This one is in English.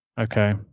Okay